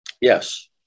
Yes